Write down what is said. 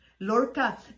Lorca